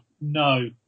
no